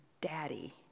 daddy